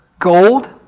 gold